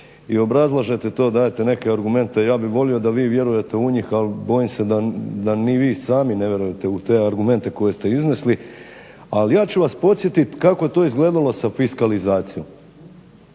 i obrazlažete to, dajete neke argumente. Ja bih volio da vi vjerujete u njih, ali bojim se da ni vi sami ne vjerujete u te argumente koje ste iznesli. Ali ja ću vas podsjetit kako je to izgledalo sa fiskalizacijom.